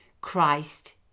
Christ